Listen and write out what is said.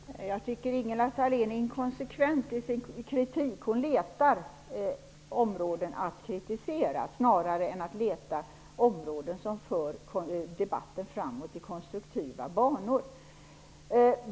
Herr talman! Jag tycker att Ingela Thalén är inkonsekvent i sin kritik. Hon letar efter områden att kritisera snarare än att leta efter områden som för debatten framåt i konstruktiva banor.